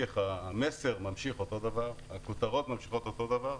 המסר ממשיך אותו דבר, הכותרות ממשיכות אותו דבר,